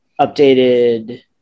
updated